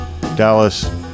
Dallas